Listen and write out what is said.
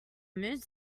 mood